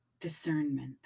discernment